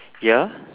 ya